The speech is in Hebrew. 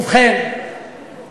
ובכן,